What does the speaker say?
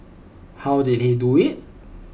how did he do IT